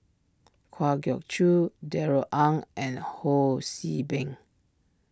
Kwa Geok Choo Darrell Ang and Ho See Beng